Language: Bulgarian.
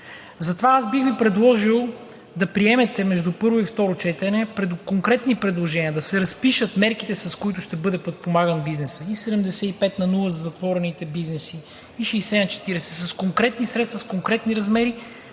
Затова бих Ви предложил да приемете между първо и второ четене конкретни предложения, да се разпишат мерките, с които ще бъде подпомогнат бизнесът – дали 75/0 за затворените бизнеси, или 60/40 с конкретни средства, с конкретни размери,